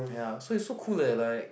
ya so it's so cool that like